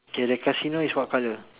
okay the Casino is what colour